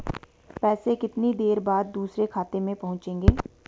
पैसे कितनी देर बाद दूसरे खाते में पहुंचेंगे?